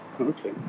Okay